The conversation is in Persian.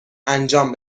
انجام